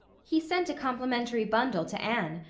he sent a complimentary bundle to anne,